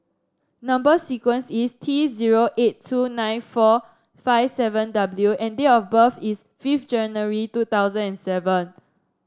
number sequence is T zero eight two nine four five seven W and date of birth is fifth January two thousand and seven